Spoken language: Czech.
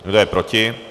Kdo je proti?